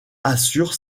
assure